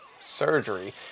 Surgery